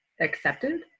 accepted